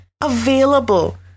available